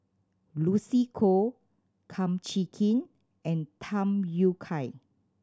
Lucy Koh Kum Chee Kin and Tham Yui Kai